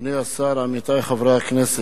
אדוני השר, עמיתי חברי הכנסת,